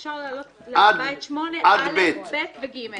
אפשר להעלות להצבעה את סעיף 8(א)(ב) ו-(ג).